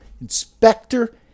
Inspector